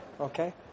Okay